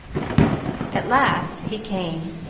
at last he came,